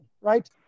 right